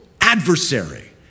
adversary